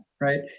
right